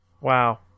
Wow